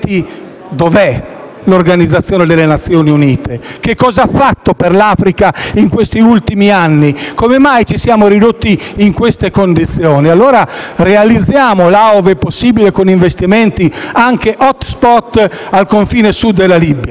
dove è l'Organizzazione delle Nazioni Unite e che cosa ha fatto per l'Africa negli ultimi anni? Come mai ci siamo ridotti in queste condizioni? Realizziamo, laddove possibile, con investimenti, degli *hotspot* al confine Sud della Libia.